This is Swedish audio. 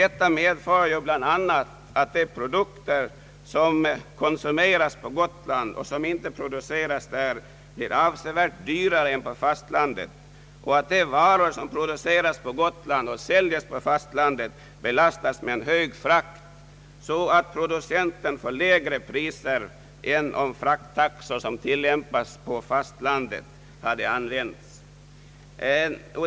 Detta medför bl.a. att de produkter, som konsumeras på Gotland och som inte produceras på ön, blir avsevärt dyrare än på fastlandet och att de varor, som produceras på Gotland och som säljes utanför Gotland, belastas med en hög frakt så att producenten får lägre priser än om frakttaxor som tillämpas på fastlandet hade använts.